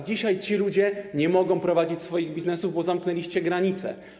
Dzisiaj ci ludzie nie mogą prowadzić swoich biznesów, bo zamknęliście granice.